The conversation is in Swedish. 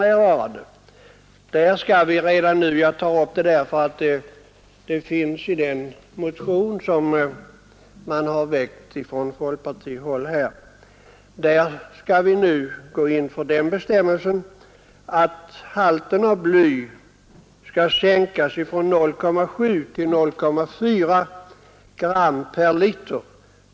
Jag tar upp detta därför att det i den motion som har väckts från folkpartihåll föreslås att vi fr.o.m. år 1973 skall sänka högsta tillåtna halten av bly från 0,7 till 0,4 gram per liter.